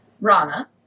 Rana